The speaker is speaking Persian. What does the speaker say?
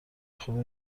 خوب